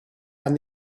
and